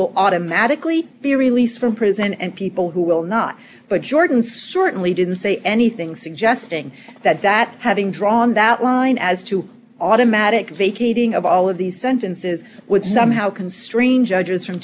will automatically be released from prison and people who will not but jordan certainly didn't say anything suggesting that that having drawn that line as to automatic vacating of all of these sentences would somehow constrain judges from